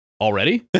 already